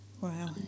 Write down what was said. Wow